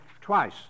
twice